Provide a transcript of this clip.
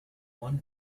one